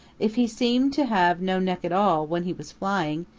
if he seemed to have no neck at all when he was flying,